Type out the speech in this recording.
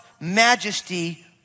majesty